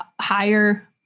higher